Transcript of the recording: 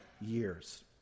years